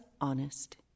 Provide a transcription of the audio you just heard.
honest